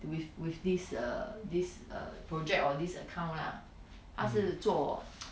with with this err this err project or this account lah ask her to 做